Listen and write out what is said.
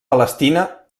palestina